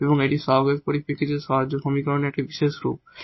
এবং এটি এখানে কোইফিসিয়েন্টের পরিপ্রেক্ষিতে সমীকরণের একটি বিশেষ রূপ হবে